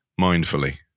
mindfully